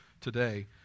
today